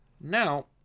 now